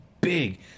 big